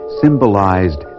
symbolized